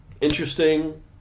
Interesting